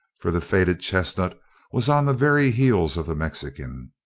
for the faded chestnut was on the very heels of the mexican.